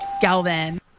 Galvin